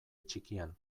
txikian